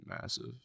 massive